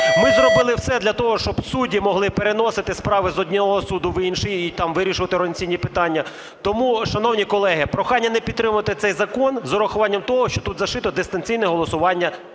Ми зробили все для того, щоб судді могли переносити справи з одного суду в інший і там вирішувати організаційні питання. Тому, шановні колеги, прохання не підтримувати цей закон з урахуванням того, що тут зашите дистанційне голосування